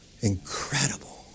incredible